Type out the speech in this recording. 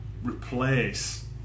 Replace